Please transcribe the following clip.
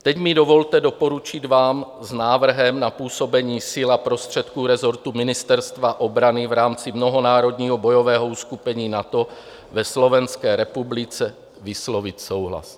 Teď mi dovolte doporučit vám s návrhem na působení sil a prostředků rezortu Ministerstva obrany v rámci mnohonárodního bojového uskupení NATO ve Slovenské republice vyslovit souhlas.